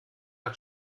hat